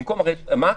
מה הקטע?